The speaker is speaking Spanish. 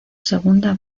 segunda